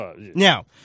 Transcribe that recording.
now